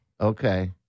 Okay